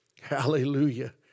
Hallelujah